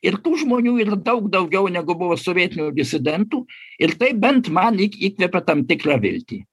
ir tų žmonių yra daug daugiau negu buvo sovietinių disidentų ir tai bent man įkvepia tam tikrą viltį